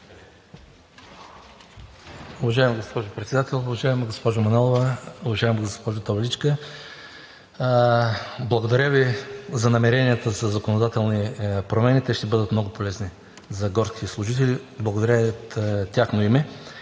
Благодаря Ви за намеренията за законодателни промени. Те ще бъдат много полезни за горските служители. Благодаря и от тяхно име.